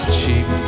cheap